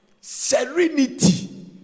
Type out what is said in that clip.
Serenity